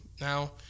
now